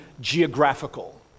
geographical